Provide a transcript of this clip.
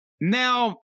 now